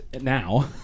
now